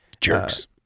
Jerks